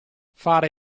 fare